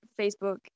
Facebook